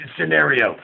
scenario